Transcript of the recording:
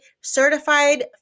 certified